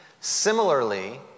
Similarly